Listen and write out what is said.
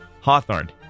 Hawthorne